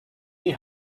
die